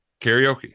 karaoke